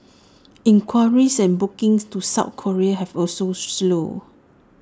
inquiries and bookings to south Korea have also slowed